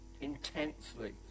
intensely